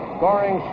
Scoring